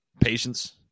patience